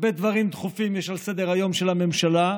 הרבה דברים דחופים יש על סדר-היום של הממשלה,